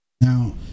now